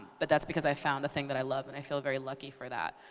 but that's because i found a thing that i love, and i feel very lucky for that.